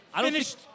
finished